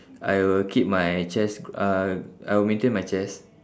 I will keep my chest uh I will maintain my chest